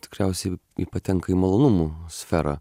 tikriausiai ji patenka į malonumų sferą